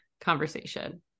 conversation